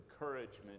encouragement